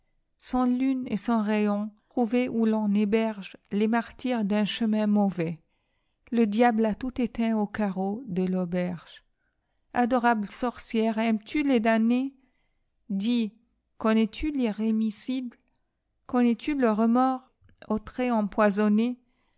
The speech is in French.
sans lune et sans rayons trouver où ton héberge les martyrs d'un chemin mauvais le diable a tout éteint aux carreaux de l'auberge adorable sorcière aimes-tu les damnés dis connais-tu l'irrémissible connais-tu le remords aux traits empoisonnés